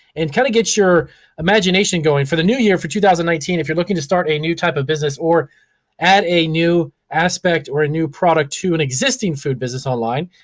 and kind of get your imagination going for the new year. for two thousand and nineteen, if you're looking to start a new type of business, or add a new aspect or a new product to an existing food business online,